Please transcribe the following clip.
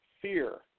fear